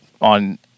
on